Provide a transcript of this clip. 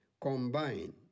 combine